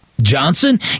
Johnson